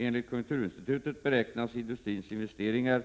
Enligt konjunkturinstitutet beräknas industrins investeringar